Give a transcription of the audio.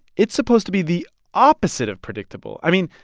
it's supposed to be the opposite of predictable. i mean,